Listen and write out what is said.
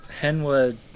Henwood